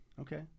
Okay